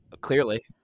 Clearly